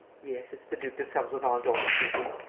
yes, it's the duc de sarzeau-vendome speaking.